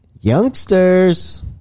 Youngsters